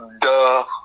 duh